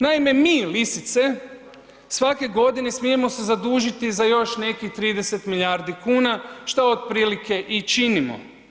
Naime, mi lisice svake godine smijemo se zadužiti za još nekih 30 milijardi kuna šta otprilike i činimo.